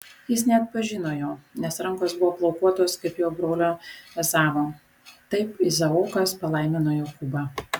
jis neatpažino jo nes rankos buvo plaukuotos kaip jo brolio ezavo taip izaokas palaimino jokūbą